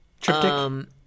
Triptych